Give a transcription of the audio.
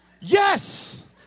Yes